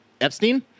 Epstein